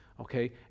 Okay